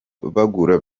bagura